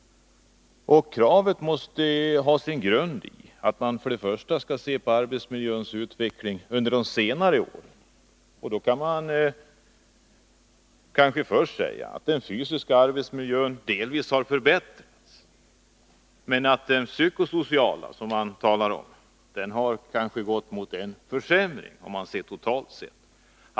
Kravet har sin grund i arbetsmiljöns utveckling under senare år. Då kan man kanske säga att den fysiska arbetsmiljön delvis har förbättrats men att den psykosociala, som det talas om, totalt sett har försämrats.